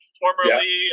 formerly